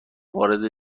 وارد